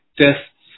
tests